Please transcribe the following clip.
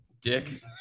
dick